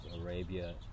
Arabia